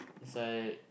that's why